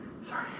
Sorry